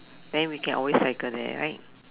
then we can always cycle there right